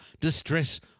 distress